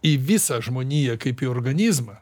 į visą žmoniją kaip į organizmą